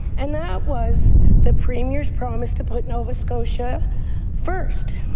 and that was the premier's province to put nova scotia first.